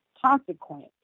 consequence